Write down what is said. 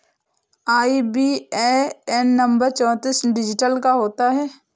IBAN number चौतीस digit का होता है